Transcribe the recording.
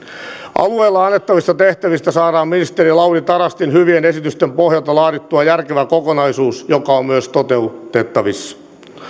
alueille annettavista tehtävistä saadaan ministeri lauri tarastin hyvien esitysten pohjalta laadittua järkevä kokonaisuus joka on myös toteutettavissa